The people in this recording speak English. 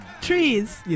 Trees